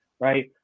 Right